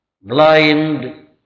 blind